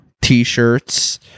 T-shirts